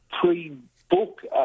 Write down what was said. pre-book